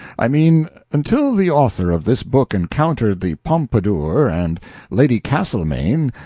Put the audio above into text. i mean, until the author of this book encountered the pompadour, and lady castlemaine,